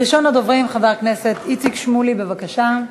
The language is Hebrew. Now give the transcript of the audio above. ראשון הדוברים, חבר הכנסת איציק שמולי, בבקשה.